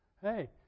hey